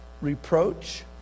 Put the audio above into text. reproach